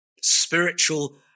spiritual